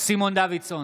סימון דוידסון,